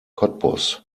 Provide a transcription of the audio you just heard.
cottbus